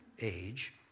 age